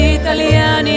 italiani